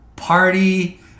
Party